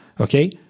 Okay